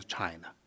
China